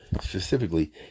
specifically